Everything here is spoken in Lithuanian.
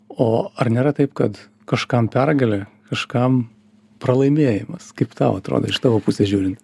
o ar nėra taip kad kažkam pergalė kažkam pralaimėjimas kaip tau atrodo iš tavo pusės žiūrint